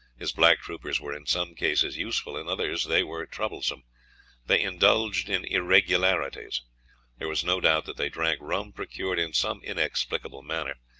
his black troopers were in some cases useful, in others they were troublesome they indulged in irregularities there was no doubt that they drank rum procured in some inexplicable manner.